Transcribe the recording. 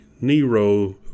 Nero